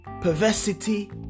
Perversity